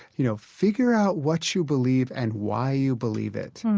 you know, figure out what you believe and why you believe it